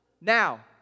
Now